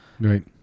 Right